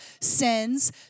sins